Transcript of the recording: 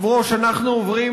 אנחנו נצביע בקריאה